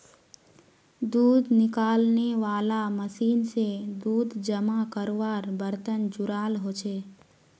दूध निकालनेवाला मशीन से दूध जमा कारवार बर्तन जुराल होचे